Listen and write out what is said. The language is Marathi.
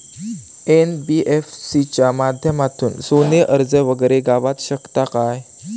एन.बी.एफ.सी च्या माध्यमातून सोने कर्ज वगैरे गावात शकता काय?